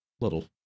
little